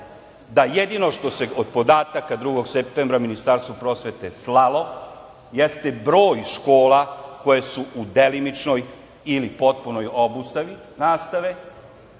da jedino što se od podataka 2. septembra Ministarstvo prosvete slalo jeste broj škola koje su u delimičnoj ili potpunoj obustavi nastave,